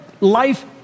life